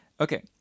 Okay